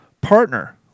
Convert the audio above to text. Partner